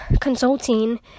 consulting